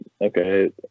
okay